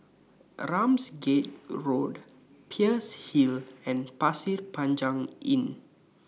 Ramsgate Road Peirce Hill and Pasir Panjang Inn